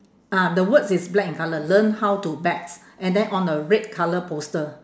ah the words is black in colour learn how to bets and then on a red colour poster